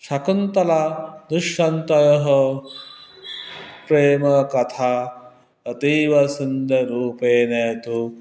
शकुन्तला दुष्यन्तः प्रेमाकथा अतीवसुन्दररूपेण तु